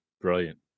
Brilliant